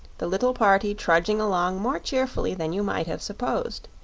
the little party trudging along more cheerfully than you might have supposed.